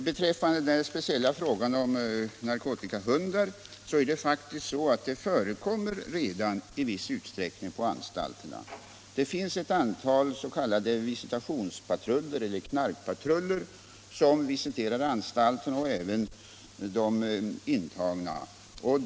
Herr talman! Narkotikahundar förekommer faktiskt redan i viss utsträckning på anstalterna. Det finns ett antal s.k. visitationspatruller eller knarkpatruller, som visiterar anstalter och även de intagna.